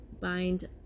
bind